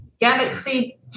Galaxy